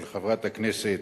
של חברת הכנסת